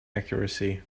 accuracy